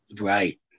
Right